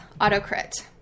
AutoCrit